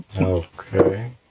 Okay